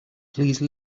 please